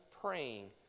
praying